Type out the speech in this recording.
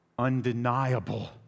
undeniable